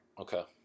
Okay